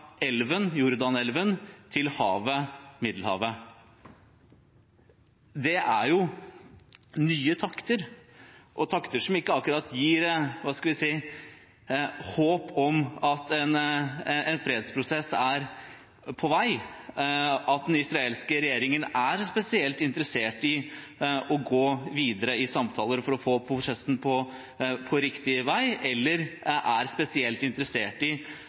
elven, Jordanelven, til havet, Middelhavet. Det er jo nye takter – takter som ikke akkurat gir håp om at en fredsprosess er på vei, og at den israelske regjeringen er spesielt interessert i å gå videre i samtaler for å få prosessen på riktig vei eller stoppe bosettingene. Jeg synes det er meget alvorlige signaler vi hører. Vi kan også lese i